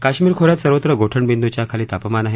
काश्मिर खोन्यात सर्वत्र गोठणबिंदूच्या खाली तापमान आहे